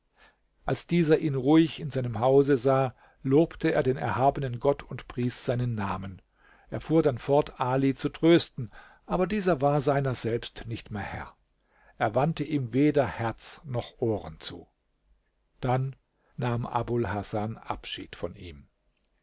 als dieser ihn ruhig in seinem hause sah lobte er den erhabenen gott und pries seinen namen er fuhr dann fort ali zu trösten aber dieser war seiner selbst nicht mehr herr er wandte ihm weder herz noch ohren zu dann nahm abul hasan abschied von ihm